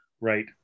Right